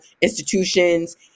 institutions